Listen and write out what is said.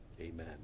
amen